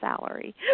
salary